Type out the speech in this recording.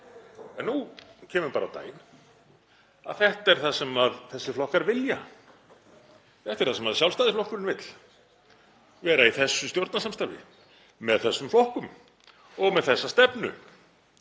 En nú kemur bara á daginn að þetta er það sem þessir flokkar vilja, þetta er það sem Sjálfstæðisflokkurinn vill, að vera í þessu stjórnarsamstarfi með þessum flokkum og með þessa stefnu.